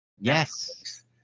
yes